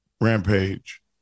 Rampage